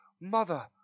mother